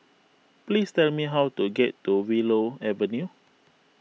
please tell me how to get to Willow Avenue